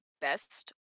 best